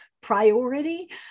priority